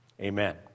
Amen